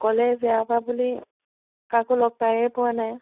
college এৰাৰ পৰা বুলি কাকো লগ পায়ে পোৱা নাই